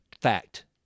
fact